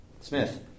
Smith